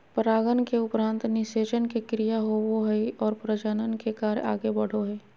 परागन के उपरान्त निषेचन के क्रिया होवो हइ और प्रजनन के कार्य आगे बढ़ो हइ